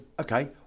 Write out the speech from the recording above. okay